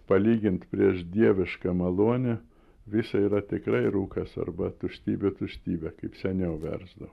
palygint priešdievišką malonę visa yra tikrai rūkas arba tuštybė tuštybė kaip seniau versdavo